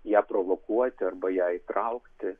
ją provokuoti arba ją įtraukti